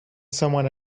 someone